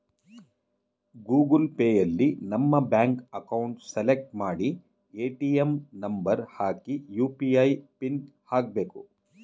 Google ಪೇಯಲ್ಲಿ ನಮ್ಮ bank account select ಮಾಡಿ ಎ.ಟಿ.ಎಂ ನಂಬರ್ ಹಾಕಿ ಯು.ಪಿ.ಐ ಪಿನ್ ಹಾಕ್ಬೇಕು